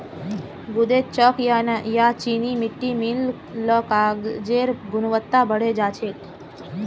गूदेत चॉक या चीनी मिट्टी मिल ल कागजेर गुणवत्ता बढ़े जा छेक